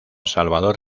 salvador